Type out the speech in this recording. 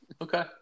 Okay